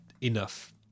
enough